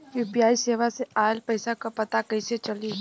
UPI सेवा से ऑयल पैसा क पता कइसे चली?